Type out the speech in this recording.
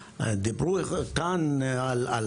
אני מזמינה את ד"ר ראדי שאהין להגיד כמה מילים.